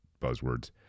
buzzwords